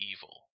Evil